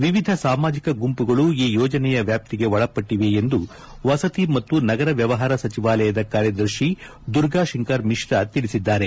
ವಿವಿಧ ಸಾಮಾಜಿಕ ಗುಂಪುಗಳು ಈ ಯೋಜನೆಯ ವ್ಯಾಷಿಗೆ ಒಳಪಟ್ಟಿವೆ ಎಂದು ವಸತಿ ಮತ್ತು ನಗರ ವ್ಯವಹಾರ ಸಚಿವಾಲಯದ ಕಾರ್ಯದರ್ಶಿ ದುರ್ಗಾಶಂಕರ್ ಮಿಶ್ರಾ ತಿಳಿಸಿದ್ದಾರೆ